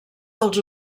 dels